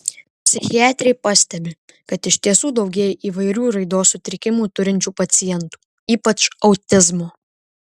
psichiatrė pastebi kad iš tiesų daugėja įvairių raidos sutrikimų turinčių pacientų ypač autizmo